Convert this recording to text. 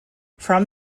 from